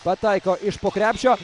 pataiko iš po krepšio